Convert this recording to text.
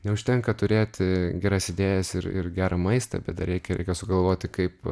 neužtenka turėti geras idėjas ir ir gerą maistą bet dar reikia reikia sugalvoti kaip